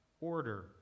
Order